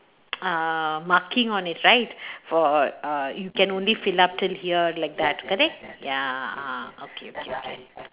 uh marking on it right for uh you can only fill up till here like that correct ya ah okay okay okay